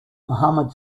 muhammad